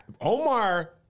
Omar